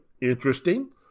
Interesting